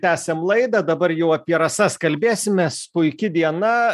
tęsiam laidą dabar jau apie rasas kalbėsimės puiki diena